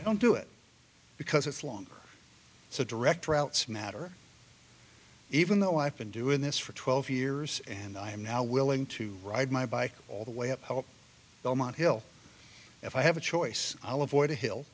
money don't do it because it's longer so direct routes matter even though i've been doing this for twelve years and i am now willing to ride my bike all the way up helped belmont hill if i have a choice i'll avoid a hill